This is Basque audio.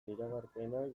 iragarpenak